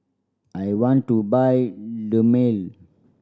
I want to buy Dermale